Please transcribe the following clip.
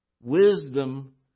wisdom